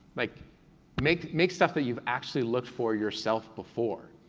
like make make stuff that you've actually looked for yourself before,